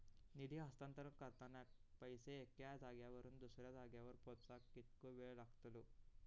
निधी हस्तांतरण करताना पैसे एक्या जाग्यावरून दुसऱ्या जाग्यार पोचाक कितको वेळ लागतलो?